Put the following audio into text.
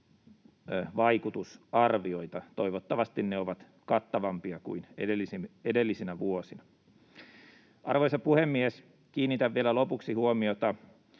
vaikutusarvioita. Toivottavasti ne ovat kattavampia kuin edellisinä vuosina. Arvoisa puhemies! Kiinnitän vielä lopuksi huomiota